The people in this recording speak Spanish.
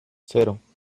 cero